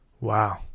wow